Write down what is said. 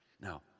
Now